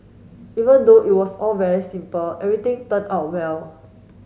even though it was all very simple everything turned out well